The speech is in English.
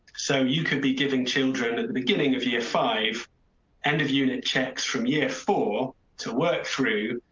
so you could be giving children at the beginning of year five and of unit checks from year four to work through,